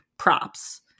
props